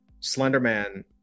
Slenderman